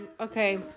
Okay